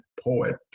poet